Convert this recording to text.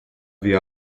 bhí